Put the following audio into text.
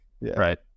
Right